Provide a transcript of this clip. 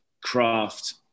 craft